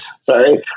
Sorry